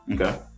okay